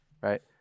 right